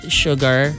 sugar